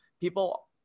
people